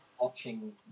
watching